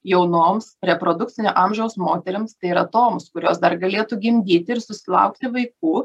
jaunoms reprodukcinio amžiaus moterims tai yra toms kurios dar galėtų gimdyt ir susilaukti vaikų